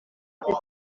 petit